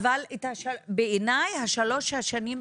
אבל אנחנו שומרים לעצמנו את הזכות כן להאריך,